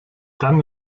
dann